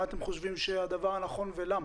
מה אתם חושבים שהוא הדבר הנכון ולמה?